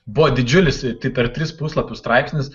buvo didžiulis tai per tris puslapius straipsnis